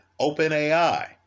OpenAI